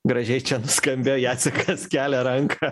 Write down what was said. gražiai čia nuskambėjo jacekas kelia ranką